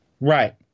Right